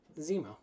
Zemo